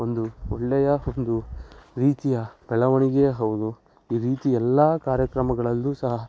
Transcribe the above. ಒಂದು ಒಳ್ಳೆಯ ಒಂದು ರೀತಿಯ ಬೆಳವಣಿಗೆಯೇ ಹೌದು ಈ ರೀತಿ ಎಲ್ಲ ಕಾರ್ಯಕ್ರಮಗಳಲ್ಲೂ ಸಹ